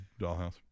Dollhouse